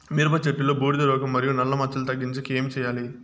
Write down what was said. మిరప చెట్టులో బూడిద రోగం మరియు నల్ల మచ్చలు తగ్గించేకి ఏమి చేయాలి?